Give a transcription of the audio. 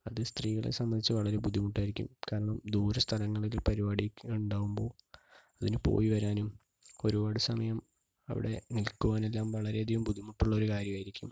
അത് സ്ത്രീകളെ സംബന്ധിച്ച് വളരെ ബുദ്ധിമുട്ടായിരിക്കും കാരണം ദൂരസ്ഥലങ്ങളിൽ പരിപാടി ഉണ്ടാവുമ്പോൾ അതിനു പോയി വരാനും ഒരുപാട് സമയം അവിടെ നിൽക്കുവാനെല്ലാം വളരെയധികം ബുദ്ധിമുട്ടുള്ളൊരു കാര്യമായിരിക്കും